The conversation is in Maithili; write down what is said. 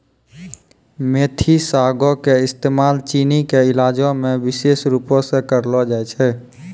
मेथी सागो के इस्तेमाल चीनी के इलाजो मे विशेष रुपो से करलो जाय छै